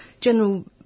general